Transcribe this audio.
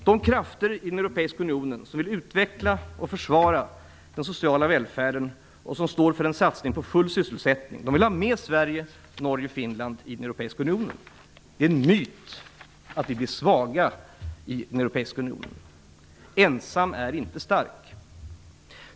De krafter i den europeiska unionen som vill utveckla och försvara den sociala välfärden och som står för en satsning på full sysselsättning vill ha med Sverige, Norge och Finland. Det är en myt att vi blir svaga i den europeiska unionen. Ensam är inte stark.